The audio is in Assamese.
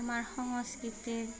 আমাৰ সংস্কৃতিৰ